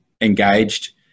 engaged